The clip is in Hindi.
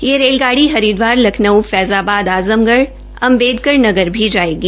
ये गाड़ी हरिद्वार लखनऊ फैजाबाद आज़मगढ़ अम्बेडकर नगर भी जायेगी